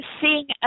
seeing